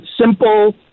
simple